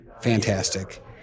fantastic